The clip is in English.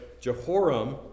Jehoram